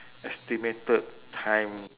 estimated time